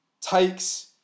takes